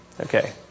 Okay